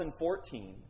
2014